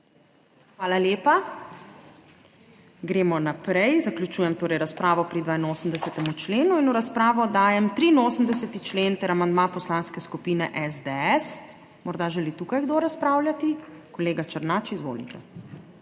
Hvala lepa. Gremo naprej. Zaključujem torej razpravo pri 82. členu in v razpravo dajem 83. člen ter amandma Poslanske skupine SDS. Morda želi tukaj kdo razpravljati? Kolega Černač, izvolite.